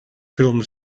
film